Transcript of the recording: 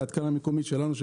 זה התקנה מקומית שלנו,